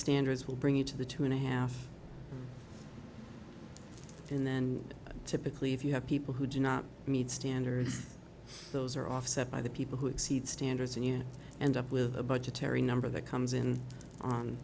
standards will bring you to the two and a half and then typically if you have people who do not meet standards those are offset by the people who exceed standards and you end up with a budgetary number that comes in on